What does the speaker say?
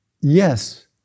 Yes